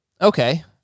Okay